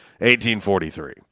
1843